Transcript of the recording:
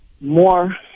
more